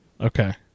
Okay